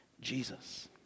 Jesus